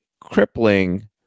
crippling